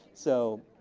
so,